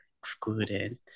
excluded